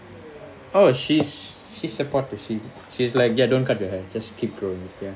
oh she's she's supportive she she's like ya don't cut your hair just keep growing